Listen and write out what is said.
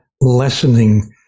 lessening